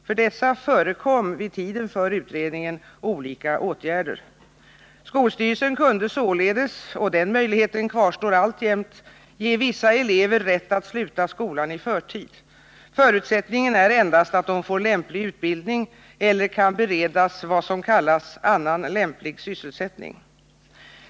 För dessa förekom vid tiden för utredningen olika åtgärder. Skolstyrelsen kunde således — och den möjligheten kvarstår alltjämt — ge vissa elever rätt att sluta skolan i förtid. Förutsättningen är endast att de får lämplig utbildning eller kan beredas vad som kallas ”annan lämplig sysselsättning”.